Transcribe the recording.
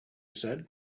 said